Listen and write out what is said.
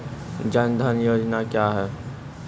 जन धन योजना क्या है?